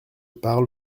parle